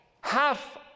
half